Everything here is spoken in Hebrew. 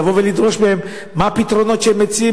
לדרוש מהם: מה הפתרונות שהם מציעים,